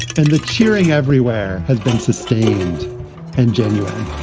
and the cheering everywhere has been sustained and genuine.